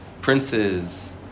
princes